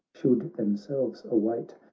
should them selves await.